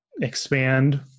expand